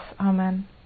Amen